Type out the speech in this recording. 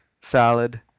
salad